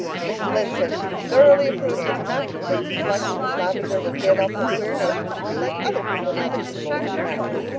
mrs. lynde says she thoroughly approves of the match and thinks its likely miss lavendar will give up her queer notions and be like other people, now that she's going to be married.